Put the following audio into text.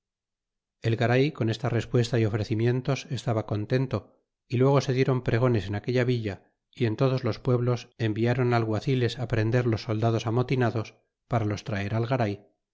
el garay con esta respuesta y ofrecimientos estaba contento y luego se diéron pregones en aquella villa y en todos los pueblos environ alguaciles prender los soldados amotinados para los traer al garay